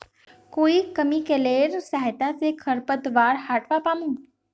कोइ केमिकलेर सहायता से खरपतवार हटावा पामु